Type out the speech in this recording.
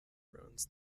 ruins